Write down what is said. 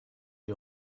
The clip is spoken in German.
ihr